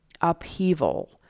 upheaval